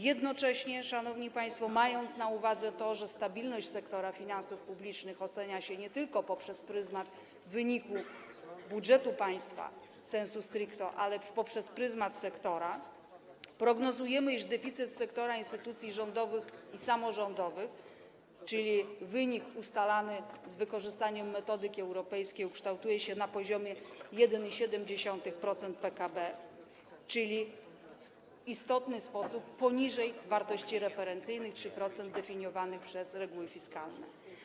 Jednocześnie, szanowni państwo, mając na uwadze to, że stabilność sektora finansów publicznych ocenia się nie tylko poprzez pryzmat wyniku budżetu państwa sensu stricto, ale poprzez pryzmat sektora, prognozujemy, iż deficyt sektora instytucji rządowych i samorządowych, czyli wynik ustalany z wykorzystaniem metodyki europejskiej, ukształtuje się na poziomie 1,7% PKB, czyli w istotny sposób poniżej wartości referencyjnych 3%, definiowanych przez reguły fiskalne.